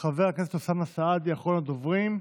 חבר הכנסת אוסאמה סעדי, אחרון הדוברים,